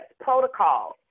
protocols